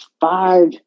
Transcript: five